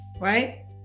Right